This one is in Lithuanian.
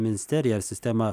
ministerija ar sistema